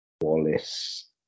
Wallace